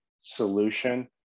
solution